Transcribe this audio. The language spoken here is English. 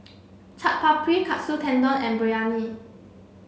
Chaat Papri Katsu Tendon and Biryani